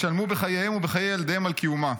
ישלמו בחייהם ובחיי ילדיהם על קיומה.